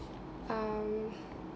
um